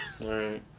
Right